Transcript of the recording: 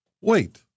wait